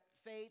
faith